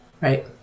Right